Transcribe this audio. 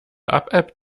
abebbt